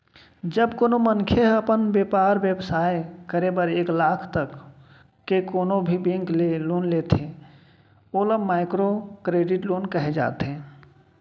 जब कोनो मनखे ह अपन बेपार बेवसाय करे बर एक लाख तक के कोनो भी बेंक ले लोन लेथे ओला माइक्रो करेडिट लोन कहे जाथे